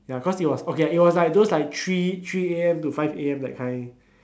ya cause it was okay it was like those three three A_M to five A_M that kind